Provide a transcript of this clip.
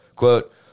Quote